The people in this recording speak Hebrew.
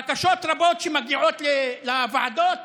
בקשות רבות שמגיעות לוועדות